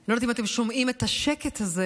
אני לא יודעת אם אתם שומעים את השקט הזה.